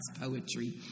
Poetry